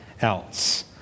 else